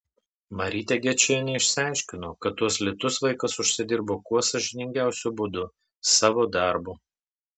marytė gečienė išaiškino kad tuos litus vaikas užsidirbo kuo sąžiningiausiu būdu savo darbu